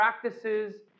practices